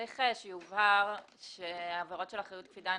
צריך שיובהר שהעבירות של אחריות קפידה הן